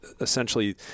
essentially